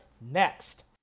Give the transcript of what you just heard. Next